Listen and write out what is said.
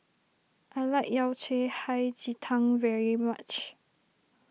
I like Yao Cai Hei Ji Tang very much